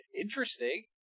interesting